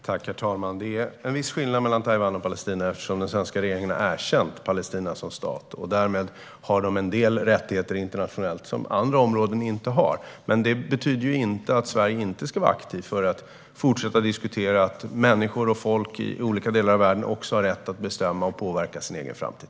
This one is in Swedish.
Herr talman! Det är en viss skillnad mellan Taiwan och Palestina eftersom den svenska regeringen har erkänt Palestina som stat. Därmed har Palestina en del rättigheter internationellt som andra områden inte har. Det betyder dock inte att Sverige inte ska vara aktivt för att fortsätta att diskutera att människor och folk i olika delar av världen också har rätt att bestämma och påverka sin egen framtid.